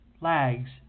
lags